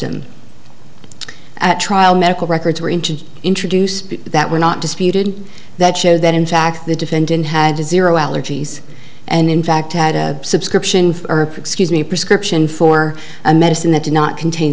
septum at trial medical records were inches introduced that were not disputed that show that in fact the defendant had a zero allergies and in fact had a subscription for excuse me a prescription for a medicine that did not contain